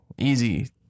easy